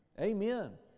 Amen